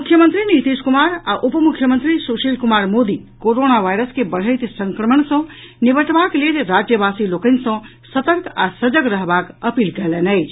मुख्यमंत्री नीतीश कुमार आ उपमुख्यमंत्री सुशील कुमार मोदी कोरोना वायरस के बढ़ैत संक्रमण सँ निबटबाक लेल राज्यवासी लोकनि सँ सतर्क आ सजग रहबाक अपील कयलनि अछि